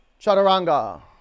Chaturanga